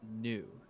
new